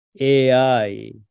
AI